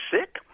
sick